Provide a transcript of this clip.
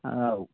ആ ഉ